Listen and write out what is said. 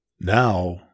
Now